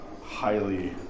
highly